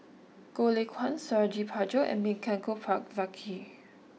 Goh Lay Kuan Suradi Parjo and Milenko Prvacki